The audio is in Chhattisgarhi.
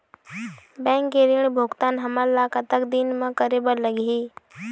बैंक के ऋण भुगतान हमन ला कतक दिन म करे बर लगही?